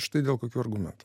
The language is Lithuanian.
štai dėl kokių argumentų